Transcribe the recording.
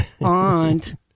aunt